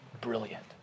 brilliant